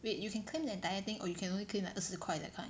wait you can claim the entire thing or you can only claim like 二十块 that kind